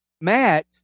Matt